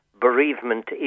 bereavement